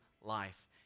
life